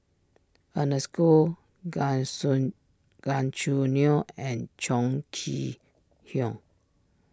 Ernest Goh gan soon Gan Choo Neo and Chong Kee Hiong